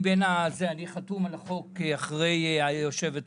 אני חתום על החוק אחרי יושבת הראש,